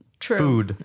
True